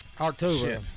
October